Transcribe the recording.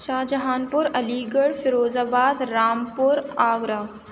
شاہجہان پور Aligarh Firozabad Rampur Agra